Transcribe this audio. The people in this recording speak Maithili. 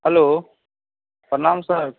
हेलो प्रणाम सर